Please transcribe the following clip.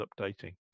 updating